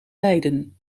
leiden